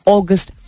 August